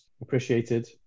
appreciated